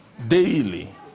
daily